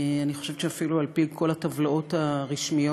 אני חושבת שאפילו על פי כל הטבלאות הרשמיות